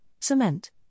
cement